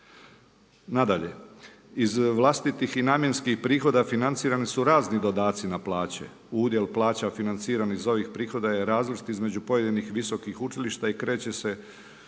Nadalje, iz vlastitih i namjenskih prihoda financirane su razni dodaci na plaće. Udjel plaća financiranih iz ovih prihoda je različit između pojedinih visokih učilišta i kreće se